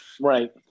Right